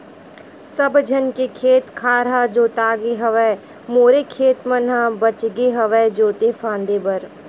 सब झन के खेत खार ह जोतागे हवय मोरे खेत मन ह बचगे हवय जोते फांदे बर